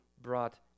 brought